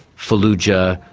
fallujah,